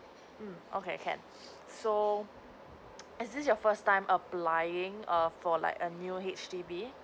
mm okay can so is this your first time applying err for like a new H_D_B